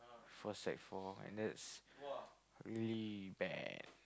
for sec four and that's really bad